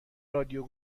رادیو